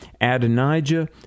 Adonijah